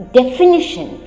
definition